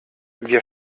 wir